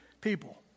people